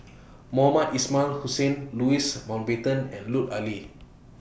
Mohamed Ismail Hussain Louis Mountbatten and Lut Ali